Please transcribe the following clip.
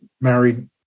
married